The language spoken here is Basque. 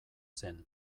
zen